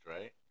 right